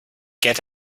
get